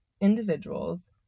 individuals